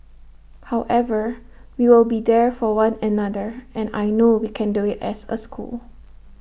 however we will be there for one another and I know we can do IT as A school